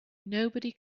nobody